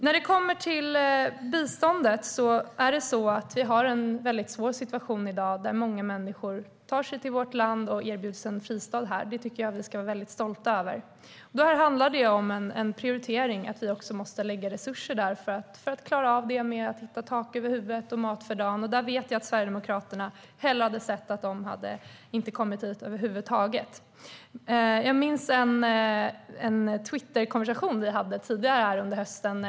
När det kommer till biståndet har vi i dag en väldigt svår situation där många människor tar sig till vårt land och erbjuds en fristad här. Det ska vi vara väldigt stolta över. Det handlar om en prioritering. Vi måste lägga resurser på detta för att klara av att ge människor tak över huvudet och mat för dagen. Där vet jag att Sverigedemokraterna hellre hade sett att de inte hade kommit hit över huvud taget. Jag minns en Twitterkonversation vi hade tidigare här under hösten.